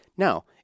Now